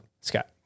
Scott